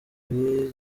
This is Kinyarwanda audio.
azwi